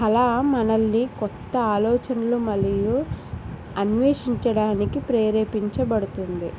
కళ మనల్ని కొత్త ఆలోచనలు మరియు అన్వేషించడానికి ప్రేరేపించబడుతుంది